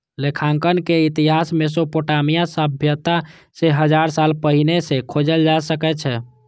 लेखांकनक इतिहास मोसोपोटामिया सभ्यता सं हजार साल पहिने सं खोजल जा सकै छै